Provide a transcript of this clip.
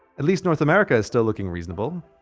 at least north america is still lookin' reasonable.